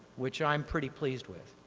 which i'm pretty pleased with,